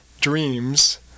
dreams